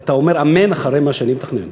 אתה אומר אמן אחרי מה שאני מתכנן.